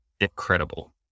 incredible